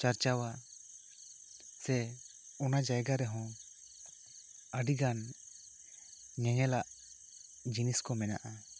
ᱪᱟᱨᱪᱟᱣᱟ ᱥᱮ ᱚᱱᱟ ᱡᱟᱭᱜᱟ ᱨᱮᱦᱚᱸ ᱟᱹᱰᱤ ᱜᱟᱱ ᱧᱮᱧᱮᱞᱟᱜ ᱡᱤᱱᱤᱥ ᱠᱚ ᱢᱮᱱᱟᱜᱼᱟ